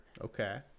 Okay